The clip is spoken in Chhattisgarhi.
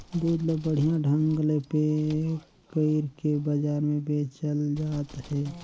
दूद ल बड़िहा ढंग ले पेक कइरके बजार में बेचल जात हे